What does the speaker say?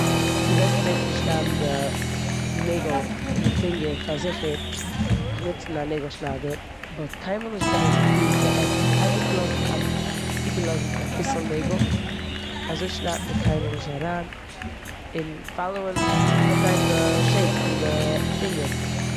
די בעסטע וועג פון שניידן די נעגל פון די פינגער פארזיכערט דורך נוצן א נעגלשניידער באט קיינמאל נישט גיין ביז די עק, אייביג לאזן א- איבערלאזן אביסל נעגל אזוי שנידט מען קיינמאל נישט אריין און פאלאווען- נאכגיין די שעיפ פון די פינגער.